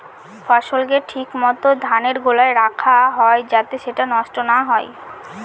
ফসলকে ঠিক মত ধানের গোলায় রাখা হয় যাতে সেটা নষ্ট না হয়